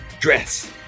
dress